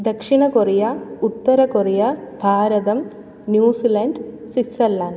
ദക്ഷിണ കൊറിയ ഉത്തര കൊറിയ ഭാരതം ന്യൂസിലൻഡ് സ്വിറ്റ്സർലൻഡ്